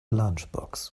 lunchbox